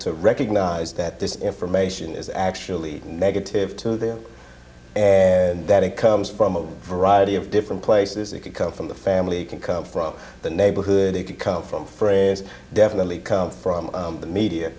to recognize that this information is actually negative to them and that it comes from a variety of different places it could come from the family can come from the neighborhood it could come from friends definitely come from the media